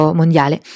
mondiale